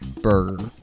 burger